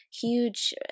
huge